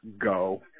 go